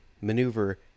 maneuver